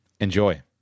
Enjoy